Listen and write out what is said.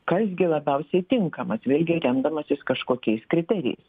kas gi labiausiai tinkamas vėl gi remdamasis kažkokiais kriterijais